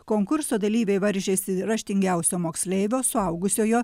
konkurso dalyviai varžėsi raštingiausio moksleivio suaugusiojo